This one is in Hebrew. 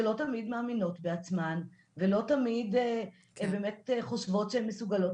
שלא תמיד מאמינות בעצמן ולא תמיד הן באמת חושבות שהן מסוגלות